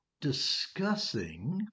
discussing